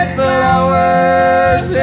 flowers